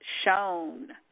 shown